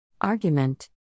Argument